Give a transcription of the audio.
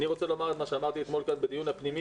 אני רוצה לומר את מה שאמרתי אתמול בדיון הפנימי.